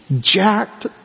Jacked